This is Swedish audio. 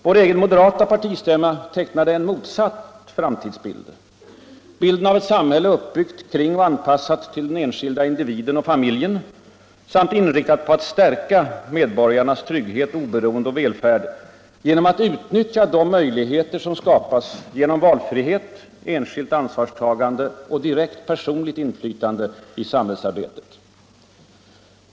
Vår egen moderata partistämma tecknade den motsatta framtidsbilden, bilden av ett samhälle uppbyggt kring och anpassat till den enskilde individen och familjen samt inriktat på att stärka medborgarnas trygghet, oberoende och välfärd genom att utnyttja de möjligheter som skapas genom valfrihet, enskilt ansvarstagande och direkt personligt inflytande på samhällsarbetet.